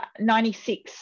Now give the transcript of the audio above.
96